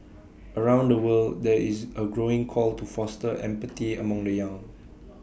around the world there is A growing call to foster empathy among the young